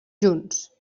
junts